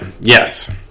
Yes